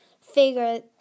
figure